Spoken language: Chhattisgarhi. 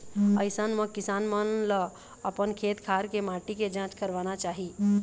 अइसन म किसान मन ल अपन खेत खार के माटी के जांच करवाना चाही